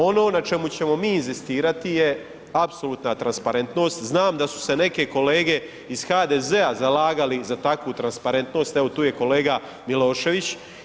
Ono na čemu ćemo mi inzistirati je apsolutna transparentnost, znam da su se neke kolege ih HDZ-a zalagali za takvu transparentnost, evo tu je kolega Milošević.